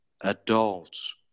adults